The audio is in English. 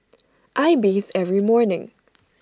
I bathe every morning